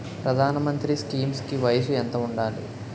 ప్రధాన మంత్రి స్కీమ్స్ కి వయసు ఎంత ఉండాలి?